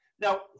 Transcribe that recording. Now